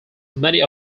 many